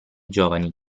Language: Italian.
giovani